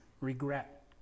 regret